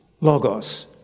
logos